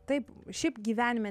taip šiaip gyvenime